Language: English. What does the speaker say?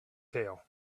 tail